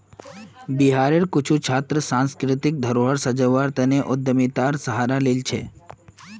बिहारेर कुछु छात्र सांस्कृतिक धरोहर संजव्वार तने उद्यमितार सहारा लिल छेक